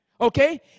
Okay